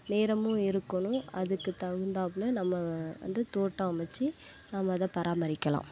நேரமும் இருக்கணும் அதுக்கு தகுந்தாப்புல நம்ம வந்து தோட்டம் அமைச்சு நம்ம அதை பராமரிக்கலாம்